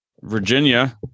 Virginia